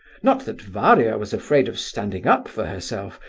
not that varia was afraid of standing up for herself.